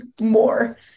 more